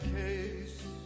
case